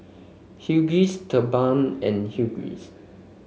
Huggies TheBalm and Huggies